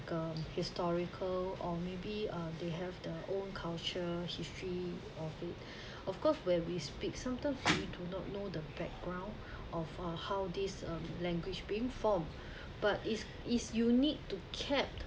um historical or maybe uh they have their own culture history of it of course where we speak sometimes we do not know the background of uh how this um language being formed but is is you need to cap